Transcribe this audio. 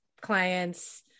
clients